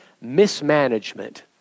Mismanagement